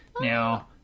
Now